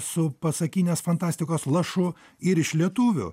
su pasakinės fantastikos lašu ir iš lietuvių